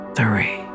three